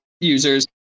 users